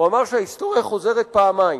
הוא אמר שההיסטוריה חוזרת פעמיים: